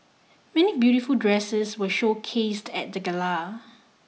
many beautiful dresses were showcased at the gala